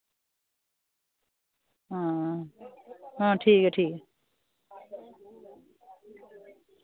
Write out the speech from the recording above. आं ठीक ऐ ठीक ऐ